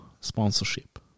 sponsorship